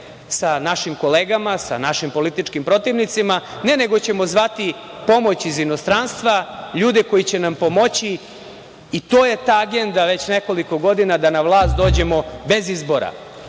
sa našim kolegama, sa našim političkim protivnicima, ne, nego ćemo zvati pomoć iz inostranstva, ljude koji će nam pomoći, i to je ta agenda već nekoliko godina da na vlast dođemo bez izbora,